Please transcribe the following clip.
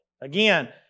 Again